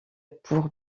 pour